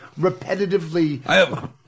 repetitively